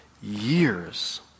years